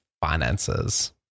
finances